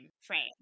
frame